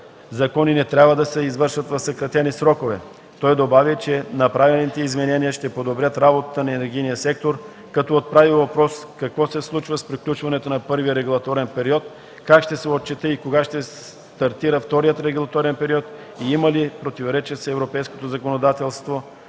закони не трябва да се извършва в съкратени срокове. Той добави, че направените изменения ще подобрят работата на енергийния сектор, като отправи въпрос какво се случва с приключването на първия регулаторен период, как ще се отчете и кога ще стартира вторият регулаторен период и има ли противоречие с европейското законодателство